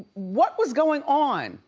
what was going on